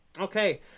Okay